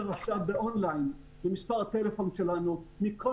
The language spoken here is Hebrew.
עכשיו באון-ליין למספר הטלפון שלנו מכל